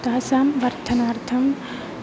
तासां वर्धनार्थं